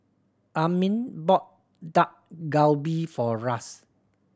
Armin bought Dak Galbi for Ras